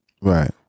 Right